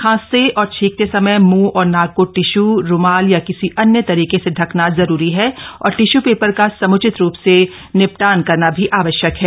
खांसते और छींकते समय मुंह और नाक को टिशू रूमाल या किसी अन्य तरीके से ढकना जरूरी है और टिशू पेपर का समुचित रूप से निपटान करना भी आवश्यक है